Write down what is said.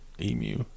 Emu